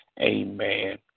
Amen